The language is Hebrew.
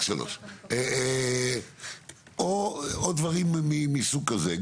או עוד דברים מהסוג הזה.